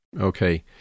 Okay